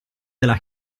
della